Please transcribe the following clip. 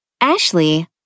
Ashley